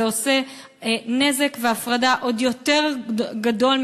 זה עושה נזק והפרדה עוד יותר גדולים